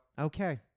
okay